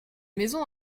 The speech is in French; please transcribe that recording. maison